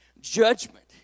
Judgment